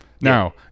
now